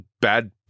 bad